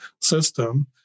system